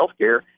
healthcare